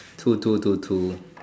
two two two two